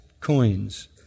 coins